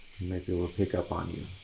might be able to pick up on you,